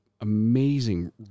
amazing